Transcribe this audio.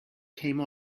came